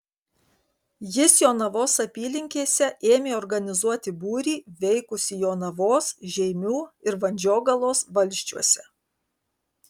jis jonavos apylinkėse ėmė organizuoti būrį veikusį jonavos žeimių ir vandžiogalos valsčiuose